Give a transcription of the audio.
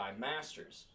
Masters